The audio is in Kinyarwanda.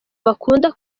bakunda